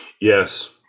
Yes